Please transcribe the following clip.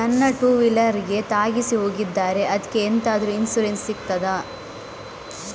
ನನ್ನ ಟೂವೀಲರ್ ಗೆ ತಾಗಿಸಿ ಹೋಗಿದ್ದಾರೆ ಅದ್ಕೆ ಎಂತಾದ್ರು ಇನ್ಸೂರೆನ್ಸ್ ಸಿಗ್ತದ?